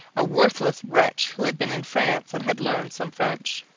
a worthless wretch who had been in france and had learned some french.